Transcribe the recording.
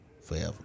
forever